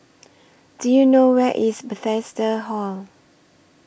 Do YOU know Where IS Bethesda Hall